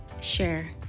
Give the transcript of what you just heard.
share